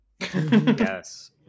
Yes